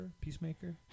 Peacemaker